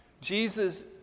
Jesus